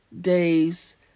days